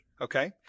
Okay